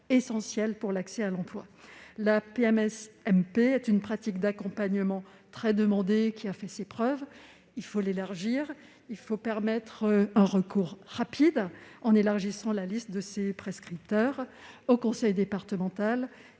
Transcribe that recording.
essentiels pour l'accès à l'emploi. La PMSMP est une pratique d'accompagnement très demandée, qui a fait ses preuves. Il faut l'élargir et permettre d'y recourir rapidement en élargissant la liste de ses prescripteurs aux conseils départementaux